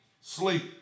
sleep